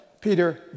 Peter